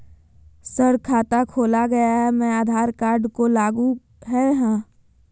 Sir खाता खोला गया मैं आधार कार्ड को लागू है हां?